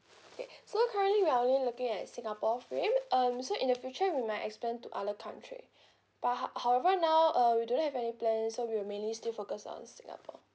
okay so currently we are only looking at singapore frame um so in the future we might expand to other country but how however now uh we don't have any plan so we will mainly still focus on singapore